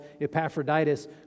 Epaphroditus